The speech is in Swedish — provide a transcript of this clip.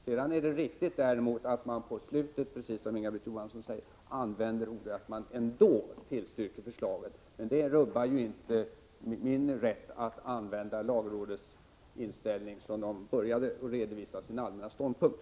Sedan är det riktigt att lagrådet i slutet av sitt yttrande, precis som Inga-Britt Johansson påstår, gör uttalandet att man ändå tillstyrker förslaget. Det rubbar ju inte min rätt att utgå från den inställning lagrådet hade, när rådet i början av yttrandet redovisade sin allmänna ståndpunkt.